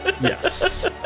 Yes